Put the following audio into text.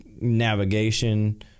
navigation